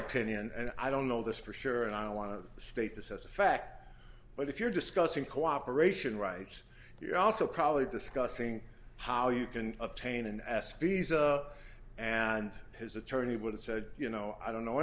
opinion and i don't know this for sure and i don't want to state this as a fact but if you're discussing cooperation rights you're also probably discussing how you can obtain an s visa and his attorney would have said you know i don't know